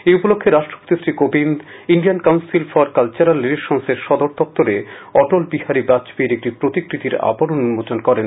এই উপলক্ষে রাষ্ট্রপতি Shri Kovind Indian Council for Cultural Relations এর সদর দপ্তরে অটলবিহারী বাজপেয়ীর একটি প্রতিকৃতির আবরণ উন্মোচন করেন